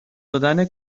دادن